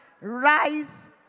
rise